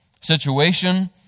situation